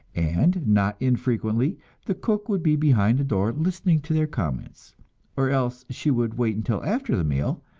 and not infrequently the cook would be behind the door listening to their comments or else she would wait until after the meal,